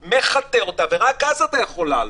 מחטא אותה ורק אז אתה יכול לעלות.